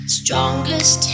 strongest